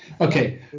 Okay